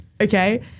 okay